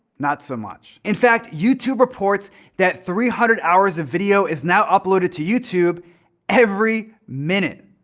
not so much. in fact, youtube reports that three hundred hours of video is now uploaded to youtube every minute.